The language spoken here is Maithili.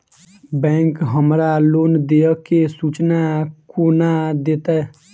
बैंक हमरा लोन देय केँ सूचना कोना देतय?